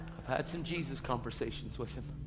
i've had some jesus conversations with him.